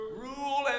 Rule